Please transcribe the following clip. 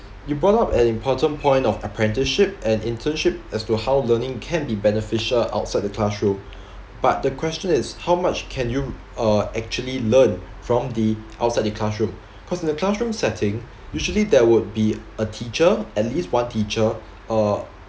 you brought up an important point of apprenticeship and internship as to how learning can be beneficial outside the classroom but the question is how much can you uh actually learn from the outside the classroom cause in a classroom setting usually there would be a teacher at least one teacher uh